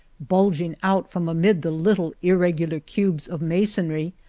bulging out from amid the little, irregular cubes of masonry,